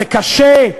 זה קשה,